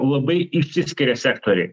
labai išsiskiria sektoriai